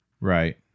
Right